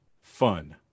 fun